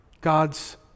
God's